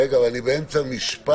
רגע, אבל אני באמצע משפט.